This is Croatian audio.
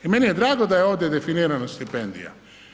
I meni je drago da je ovdje definirana stipendija.